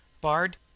Bard